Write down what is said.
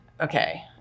okay